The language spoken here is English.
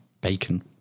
Bacon